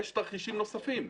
יש תרחישים נוספים,